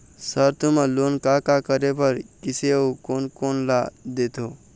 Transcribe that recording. Sir तुमन loan का का करें बर, किसे अउ कोन कोन ला देथों?